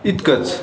इतकंच